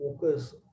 focus